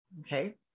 okay